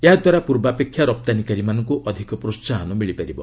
ଏହାଦ୍ୱାରା ପୂର୍ବାପେକ୍ଷା ରପ୍ତାନୀକାରୀମାନଙ୍କୁ ଅଧିକ ପ୍ରୋହାହନ ଦିଆଯାଇପାରିବ